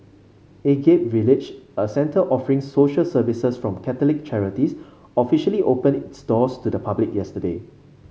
Agape Village a centre offering social services from Catholic charities officially opened doors to the public yesterday